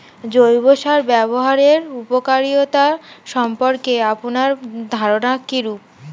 জৈব সার ব্যাবহারের উপকারিতা সম্পর্কে আপনার ধারনা কীরূপ?